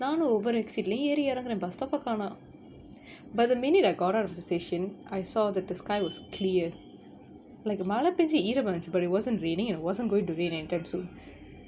நானும் ஒவ்வரு:nanum ovvaru exit lah ஏறி இறங்குறேன்:yaeri iranguraen bus stop காணோம்:kaanom but the minute I got out of the station I saw that the sky was clear like மழ பேஞ்சு ஈரமா இருன்சு:mala penju eeramaa irunchu but it wasn't raining and wasn't going to rain and